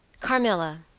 carmilla,